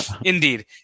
Indeed